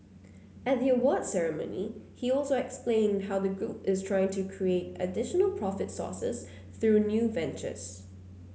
at the awards ceremony he also explained how the group is trying to create additional profit sources through new ventures